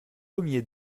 ier